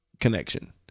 connection